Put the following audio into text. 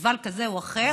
פסטיבל כזה או אחר,